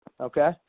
Okay